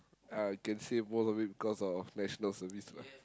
I can say most of it because of National-Service lah